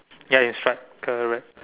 ya in stripe correct